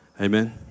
Amen